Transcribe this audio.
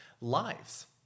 lives